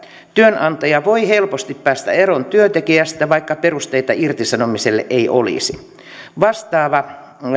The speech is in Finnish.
työnantaja voi helposti päästä eroon työntekijästä vaikka perusteita irtisanomiselle ei olisi vastaava